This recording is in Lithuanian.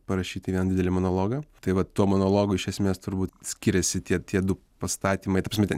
parašyti vieną didelį monologą tai vat tuo monologu iš esmės turbūt skiriasi tie tie du pastatymai ta prasme ten